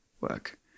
work